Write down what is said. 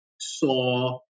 saw